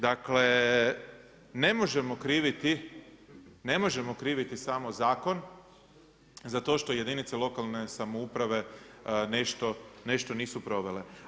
Dakle ne možemo kriviti, ne možemo kriviti samo zakon za to što jedinice lokalne samouprave nešto nisu provele.